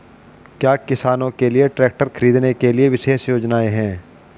क्या किसानों के लिए ट्रैक्टर खरीदने के लिए विशेष योजनाएं हैं?